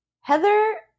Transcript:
Heather